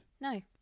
No